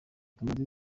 tumaze